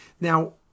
Now